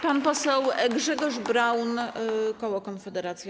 Pan poseł Grzegorz Braun, koło Konfederacja.